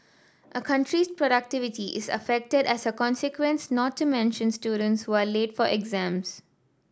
a country's productivity is affected as a consequence not to mention students who are late for exams